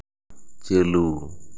ᱪᱟᱹᱞᱩ